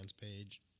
page